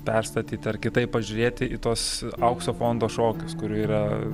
perstatyti ar kitaip pažiūrėti į tuos aukso fondo šokius kurių yra